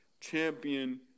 Champion